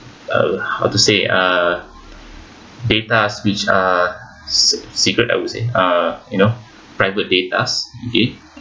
uh how to say uh datas which uh secret I would say uh you know private datas okay